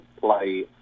play